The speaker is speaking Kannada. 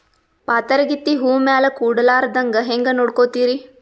ಪಾತರಗಿತ್ತಿ ಹೂ ಮ್ಯಾಲ ಕೂಡಲಾರ್ದಂಗ ಹೇಂಗ ನೋಡಕೋತಿರಿ?